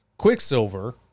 Quicksilver